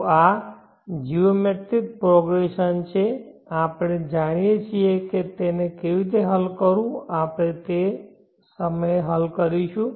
તો આ geometric progression છે આપણે જાણીએ છીએ કે તેને કેવી રીતે હલ કરવું આપણે તે સમયે તે કરીશું